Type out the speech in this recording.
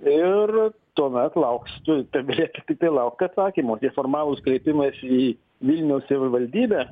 ir tuomet lauks tu belieka tiktai laukt atsakymo tie formalūs kreipimaisi į vilniaus savivaldybę